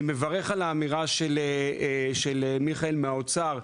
אני מברך על האמירה של מיכאל מהאוצר,